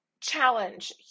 challenge